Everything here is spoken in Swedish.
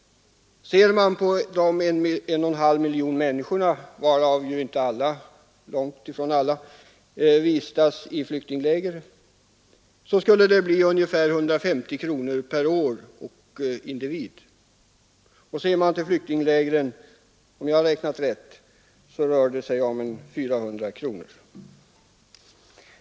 Utslaget på 1,5 miljoner människor — varav långt ifrån alla vistas i flyktingläger — skulle det bli ungefär 150 kronor per år och individ, och tar man bara med dem som vistas i flyktinglägren rör det sig om 400 kronor — om jag har räknat rätt.